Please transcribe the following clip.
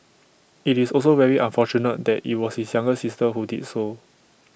IT is also very unfortunate that IT was his younger sister who did so